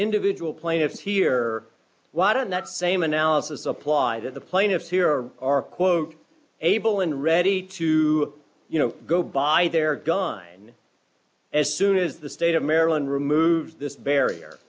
individual plaintiffs here why didn't that same analysis apply that the plaintiffs here are quote able and ready to you know go by they're gone as soon as the state of maryland removed this barrier